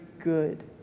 good